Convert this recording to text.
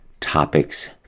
topics